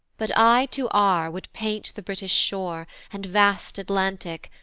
but i to r would paint the british shore, and vast atlantic,